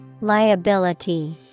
Liability